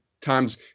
times